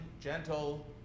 gentle